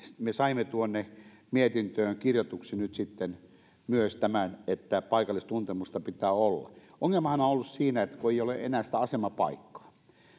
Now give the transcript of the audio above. me saimme tuonne mietintöön kirjatuksi nyt sitten myös sen että paikallistuntemusta pitää olla ongelmahan on ollut siinä että ei ole enää sitä asemapaikkaa